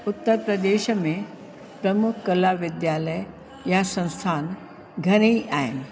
उत्तर प्रदेश में प्रमुख कला विद्यालय या संस्थान घणई आहिनि